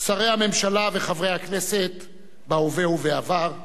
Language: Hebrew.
שרי הממשלה וחברי הכנסת בהווה ובעבר,